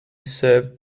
served